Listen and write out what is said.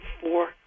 four